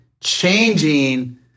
changing